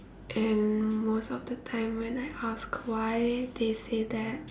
and most of the time when I ask why they say that